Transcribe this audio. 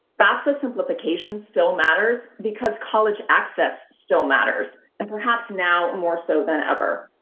fafsa simplification still matters because college access still matters. and perhaps now more so than ever.